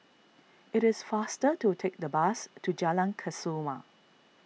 it is faster to take the bus to Jalan Kesoma